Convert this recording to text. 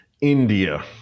India